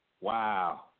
Wow